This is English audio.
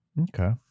Okay